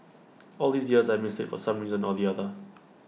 all these years I missed IT for some reason or the other